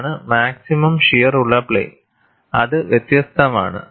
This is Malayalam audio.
ഇതാണ് മാക്സിമം ഷിയർ ഉള്ള പ്ലെയിൻ അത് വ്യത്യസ്തമാണ്